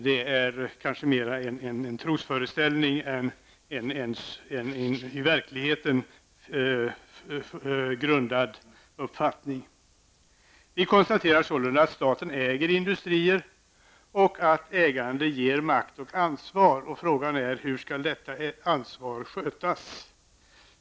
Det är kanske mera en trosföreställning än en på verkligheten grundad uppfattning. Vi konstaterar sålunda att staten äger industrier och att ägande ger makt och ansvar. Frågan är hur detta ansvar skall skötas.